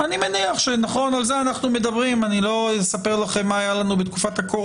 אז זה ממש לשמוט את השטיח